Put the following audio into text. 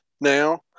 now